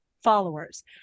followers